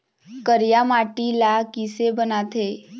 करिया माटी ला किसे बनाथे?